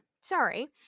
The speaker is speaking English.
sorry